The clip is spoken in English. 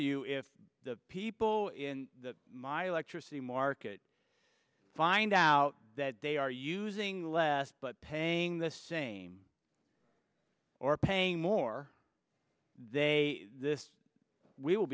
you if the people in my electricity market find out that they are using less but paying the same or paying more they this w